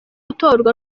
gutorwa